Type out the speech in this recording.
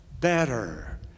better